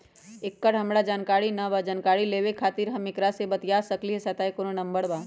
एकर हमरा जानकारी न बा जानकारी लेवे के खातिर हम केकरा से बातिया सकली ह सहायता के कोनो नंबर बा?